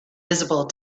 visible